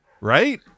right